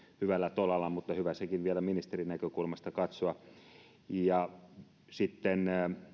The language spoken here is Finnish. hyvällä tolalla mutta on hyvä sekin vielä ministerin näkökulmasta katsoa sitten